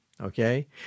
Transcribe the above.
okay